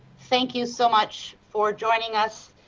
thank you so much for joining us,